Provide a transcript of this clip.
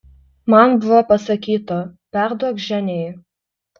man buvo pasakyta perduok ženiai